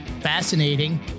fascinating